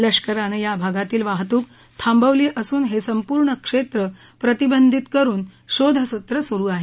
लष्कारानं या भागातील वाहतूक थांबवली असून हे संपूर्ण क्षेत्र प्रतिबंधीत करुन शोध सत्र सुरु आहे